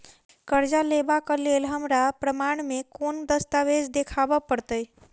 करजा लेबाक लेल हमरा प्रमाण मेँ कोन दस्तावेज देखाबऽ पड़तै?